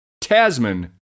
Tasman